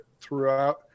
throughout